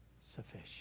sufficient